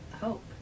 hope